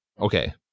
okay